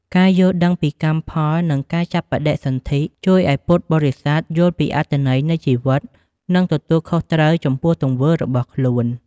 ការយល់ដឹងពីកម្មផល និងការចាប់បដិសន្ធិ ជួយឲ្យពុទ្ធបរិស័ទយល់ពីអត្ថន័យនៃជីវិត និងទទួលខុសត្រូវចំពោះទង្វើរបស់ខ្លួន។